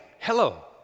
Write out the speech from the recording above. Hello